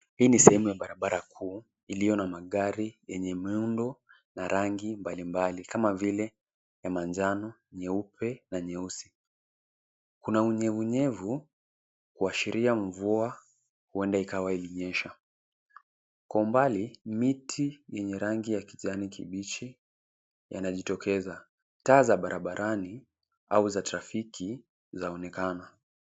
Hii ni sehemu ya barabara kuu iliyo na magari yenye miundo na rangi mbalimbali kama vile ya manjano, nyeupe na nyeusi. Kuna unyevunyevu kuashiria mvua huenda ikawa ilinyesha. Kwa umbali, miti yenye rangi ya kijani kibichi yanajitokeza. Taa za barabarani au za trafiki zaonekana.